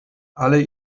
alle